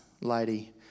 lady